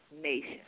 Nation